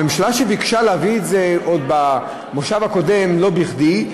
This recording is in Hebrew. הממשלה ביקשה להביא את זה עוד במושב הקודם לא בכדי,